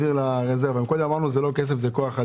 שיעבירו את זה ממשרד למשרד.